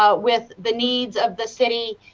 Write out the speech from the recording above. ah with the needs of the city.